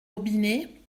robinet